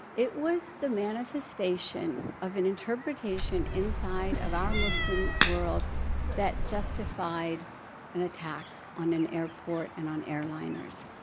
it was the manifestation of an interpretation inside of our muslim world that justified an attack on an airport and on airliners.